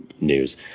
news